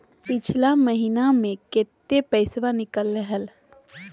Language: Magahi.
पिछला महिना मे कते पैसबा निकले हैं?